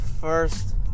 first